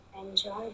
Enjoy